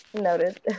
noted